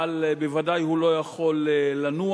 אבל בוודאי הוא לא יכול לנוע,